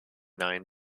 nine